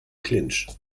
clinch